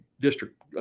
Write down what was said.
district